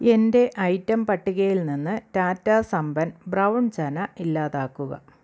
എന്റെ ഐറ്റം പട്ടികയിൽ നിന്ന് ടാറ്റാ സംപൻ ബ്രൗൺ ചന ഇല്ലാതാക്കുക